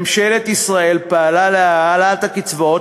ממשלת ישראל פעלה להעלאת הקצבאות